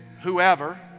whoever